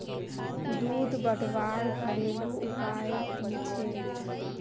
दूध बढ़वार घरेलू उपाय की छे?